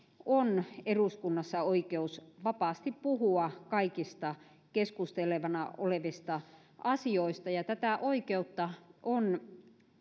on eduskunnassa oikeus vapaasti puhua kaikista keskusteltavana olevista asioista ja tätä oikeutta on